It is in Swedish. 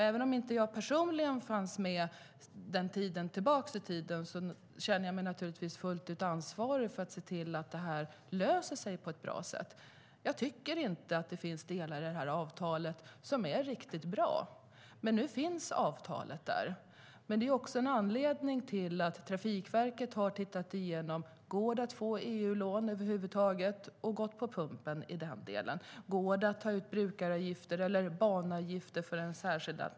Även om inte jag personligen fanns med på den tiden känner jag mig naturligtvis ansvarig fullt ut för att se till att detta löser sig på ett bra sätt. Jag tycker att det finns delar i avtalet som inte är riktigt bra, men nu finns avtalet där. Det är en anledning till att Trafikverket har tittat igenom om det går att få EU-lån. Där gick de dock på pumpen. Går det att ta ut brukaravgifter eller särskilda banavgifter?